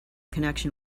connection